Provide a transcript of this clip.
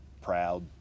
proud